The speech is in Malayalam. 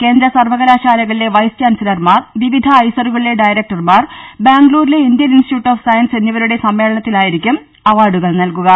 കേന്ദ്ര സർവകലാശാലകളിലെ വൈസ് ചാൻസലർമാർ വിവിധ ഐസറുകളിലെ ഡയറക്ടർമാർ ബാംഗ്ലൂരിലെ ഇന്ത്യൻ ഇൻസ്റ്റിറ്റ്യൂട്ട് ഓഫ് സയൻസ് എന്നിവരുടെ സമ്മേളനത്തിലായിരിക്കും അവാർഡുകൾ നൽകുക